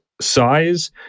size